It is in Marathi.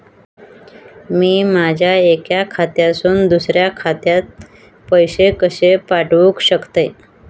मी माझ्या एक्या खात्यासून दुसऱ्या खात्यात पैसे कशे पाठउक शकतय?